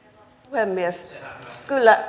puhemies kyllä